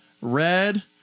Red